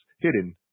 Hidden